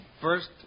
First